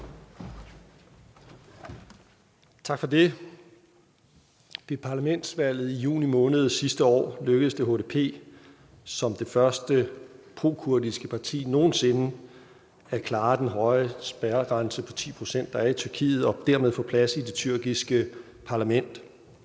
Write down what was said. Tak for det. Ved parlamentsvalget i juni måned sidste år lykkedes det HDP som det første prokurdiske parti nogen sinde at klare den høje spærregrænse på 10 pct., der er i Tyrkiet, og dermed få plads i det tyrkiske parlament.